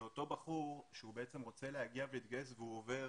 הוא רוצה להתגייס והוא עובר